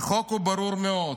והחוק הוא ברור מאוד: